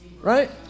right